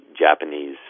Japanese